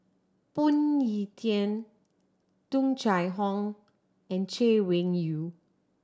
Phoon Yew Tien Tung Chye Hong and Chay Weng Yew